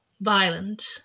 violent